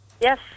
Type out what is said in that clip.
Yes